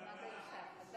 כלכלה.